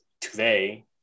today